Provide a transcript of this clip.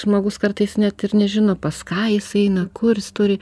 žmogus kartais net ir nežino pas ką jis eina kur jis turi